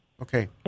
Okay